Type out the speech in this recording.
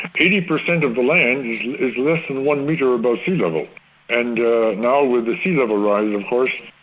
eighty percent of the land is less than one metre above sea level and now with the sea level rise of course,